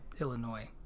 Illinois